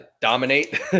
dominate